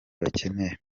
bakeneye